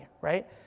right